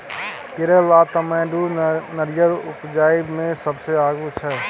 केरल आ तमिलनाडु नारियर उपजाबइ मे सबसे आगू छै